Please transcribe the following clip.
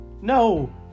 No